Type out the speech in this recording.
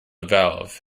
valve